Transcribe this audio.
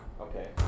Okay